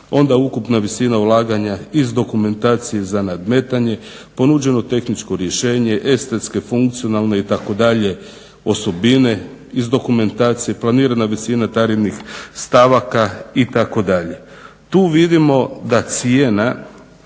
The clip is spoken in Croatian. onda ukupna visina ulaganja iz dokumentacije za nadmetanje, ponuđeno tehničko rješenje, estetske funkcionalne itd. osobine iz dokumentacija, planirana visina tarifnih stavaka itd. Tu vidimo da cijena